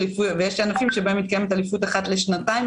ויש ענפים שבהם מתקיימת אליפות אחת לשנתיים,